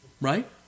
Right